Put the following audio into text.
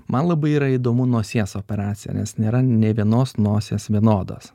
man labai yra įdomu nosies operacija nes nėra nė vienos nosies vienodos